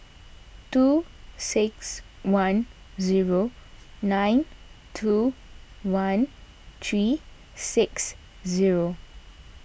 two six one zero nine two one three six zero